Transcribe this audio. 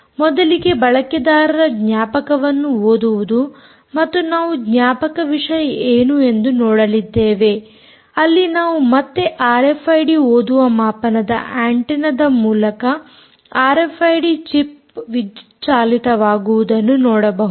ಮೊದಲಿಗೆ ಬಳಕೆದಾರರ ಜ್ಞಾಪಕವನ್ನು ಓದುವುದು ಮತ್ತು ನಾವು ಜ್ಞಾಪಕ ವಿಷಯ ಏನು ಎಂದು ನೋಡಲಿದ್ದೇವೆ ಅಲ್ಲಿ ನಾವು ಮತ್ತೆ ಆರ್ಎಫ್ಐಡಿ ಓದುವ ಮಾಪನದ ಆಂಟೆನ್ನ ದ ಮೂಲಕ ಆರ್ಎಫ್ಐಡಿ ಚಿಪ್ ವಿದ್ಯುತ್ ಚಾಲಿತವಾಗುವುದನ್ನು ನೋಡಬಹುದು